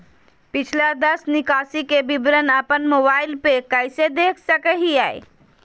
पिछला दस निकासी के विवरण अपन मोबाईल पे कैसे देख सके हियई?